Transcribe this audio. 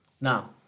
Now